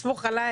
תסמוך עליי,